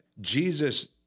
Jesus